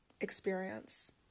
experience